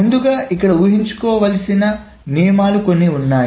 ముందుగా ఇక్కడ ఊహించుకో వలసిన నియమాలు కొన్ని ఉన్నాయి